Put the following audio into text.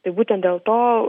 tai būtent dėl to